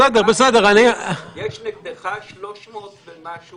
בסופו של דבר, שישאלו מי זה.